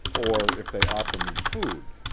or if they offer me food,